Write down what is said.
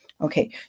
Okay